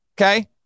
Okay